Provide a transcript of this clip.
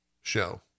show